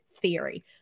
theory